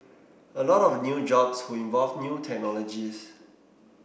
a lot of new jobs would involve new technologies